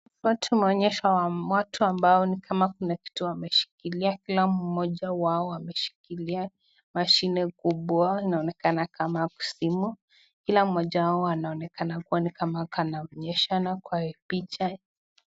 hapa moto ambao nikama kunakitu wameshikilia moja wao ameshililia machine kubwa inaonekana kama simu kila moja wao inaonekana ni kama kanaonyeshana kwa picha.